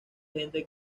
gente